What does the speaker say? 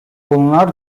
bunlar